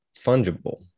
fungible